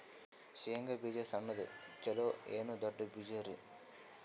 ಶೇಂಗಾ ಬೀಜ ಸಣ್ಣದು ಚಲೋ ಏನ್ ದೊಡ್ಡ ಬೀಜರಿ?